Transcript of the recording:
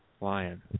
Lion